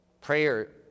Prayer